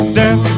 down